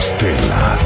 Stella